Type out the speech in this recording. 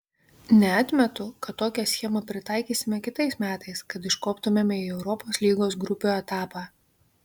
neatmetu kad tokią schemą pritaikysime kitais metais kad iškoptumėme į europos lygos grupių etapą